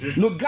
no